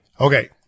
Okay